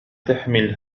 تحمل